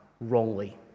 wrongly